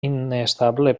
inestable